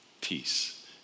peace